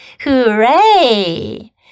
Hooray